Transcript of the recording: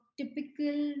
typical